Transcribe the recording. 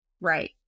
Right